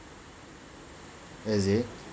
you see